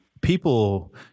people